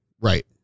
Right